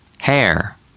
hair